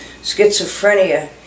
schizophrenia